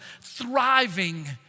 thriving